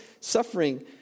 suffering